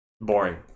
Boring